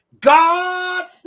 God